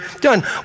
done